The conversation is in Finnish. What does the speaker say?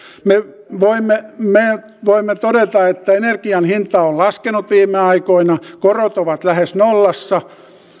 me voimme me voimme todeta että energian hinta on laskenut viime aikoina korot ovat lähes nollassa